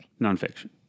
nonfiction